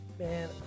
Man